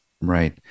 Right